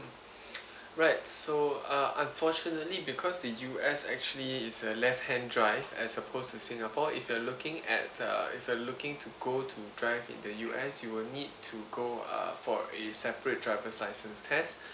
right so uh unfortunately because the U_S actually is a left hand drive as opposed to singapore if you are looking at uh if you are looking to go to drive in the U_S you will need to go uh for a separate driver's license tests